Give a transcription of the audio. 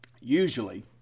usually